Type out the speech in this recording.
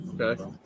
Okay